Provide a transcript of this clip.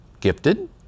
gifted